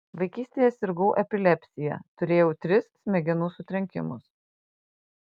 vaikystėje sirgau epilepsija turėjau tris smegenų sutrenkimus